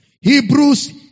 Hebrews